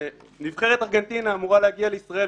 נבחרת ארגנטינה אמורה להגיע לישראל,